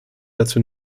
dazu